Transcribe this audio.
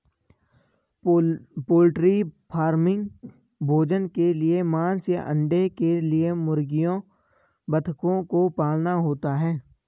poultry farming भोजन के लिए मांस या अंडे के लिए मुर्गियों बतखों को पालना होता है